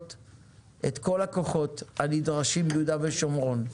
את כל הכוחות הנדרשים ביהודה ושומרון,